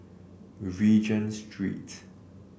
Regent Street